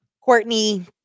Courtney